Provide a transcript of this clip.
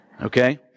okay